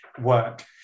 work